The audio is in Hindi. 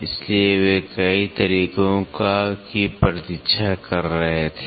इसलिए वे कई तरीकों की प्रतीक्षा कर रहे थे